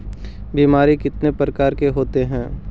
बीमारी कितने प्रकार के होते हैं?